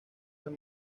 san